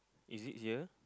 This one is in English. is it here